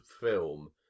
film